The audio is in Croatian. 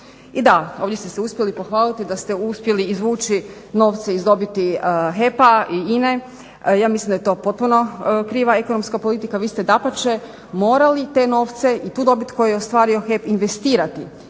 I da, ovdje ste se uspjeli pohvaliti da ste uspjeli izvući novce iz dobiti HEP-a i INA-e, ja mislim da je to potpuno kriva ekonomska politika. Vi ste dapače morali te novce i tu dobit koju je ostvario HEP investirati,